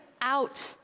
out